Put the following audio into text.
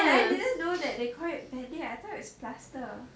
and I didn't know that they call it band aid I thought it was plaster